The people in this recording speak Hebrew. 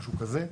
משהו כזה.